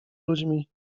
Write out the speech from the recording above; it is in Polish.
ludźmi